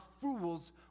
fools